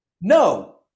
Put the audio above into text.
No